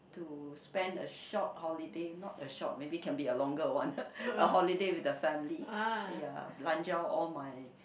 to spend a short holiday not a short maybe can be a longer one a holiday with the family ya belanja all my